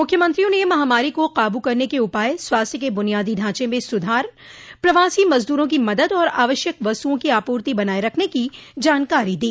मुख्यमंत्रियों ने महामारी को काब् करने के उपाय स्वास्थ्य के बुनियादी ढांचे में सुधार प्रवासी मजदूरों की मदद और आवश्यक वस्तुओं की आपूति बनाये रखने की जानकारी दी